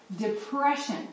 depression